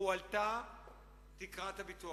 הועלתה תקרת הביטוח